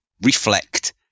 reflect